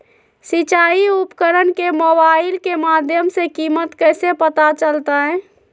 सिंचाई उपकरण के मोबाइल के माध्यम से कीमत कैसे पता चलतय?